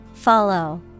Follow